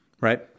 right